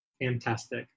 Fantastic